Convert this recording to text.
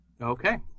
Okay